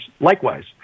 likewise